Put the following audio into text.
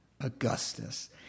Augustus